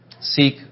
seek